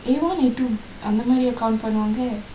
A one A two அந்த மாதிரியா:andtha maathriyaa count பன்னுவாங்க:pannuvaangka